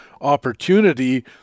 opportunity